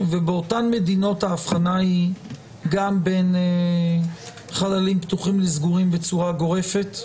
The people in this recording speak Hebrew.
ובאותן מדינות ההבחנה היא בין חללים פתוחים בצורה גורפת?